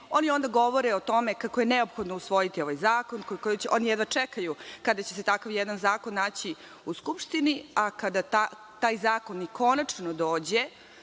Oni onda govore o tome kako je neophodno usvojiti ovaj zakon, oni jedva čekaju kada će se takav jedan zakon naći u Skupštini, a kada taj zakon i konačno dođe